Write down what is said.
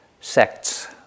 sects